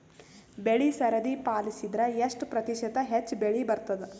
ಬೆಳಿ ಸರದಿ ಪಾಲಸಿದರ ಎಷ್ಟ ಪ್ರತಿಶತ ಹೆಚ್ಚ ಬೆಳಿ ಬರತದ?